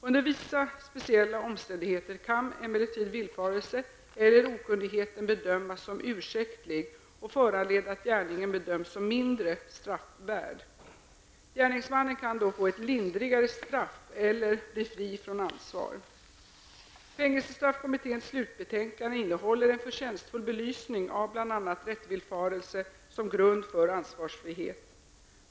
Under vissa speciella omständigheter kan emellertid villfarelsen eller okunnigheten bedömas som ursäktlig och föranleda att gärningen bedöms som mindre straffvärd. Gärningsmannen kan då få ett lindrigare straff eller bli fri från ansvar. 1987:7) innehåller en förtjänstfull belysning av bl.a. rättsvillfarelse som grund för ansvarsfrihet.